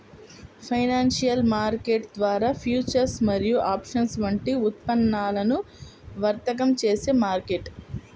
financial market ద్వారా futures మరియు options వంటి ఉత్పన్నాలను వర్తకం చేసే మార్కెట్